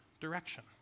direction